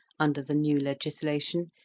under the new legislation,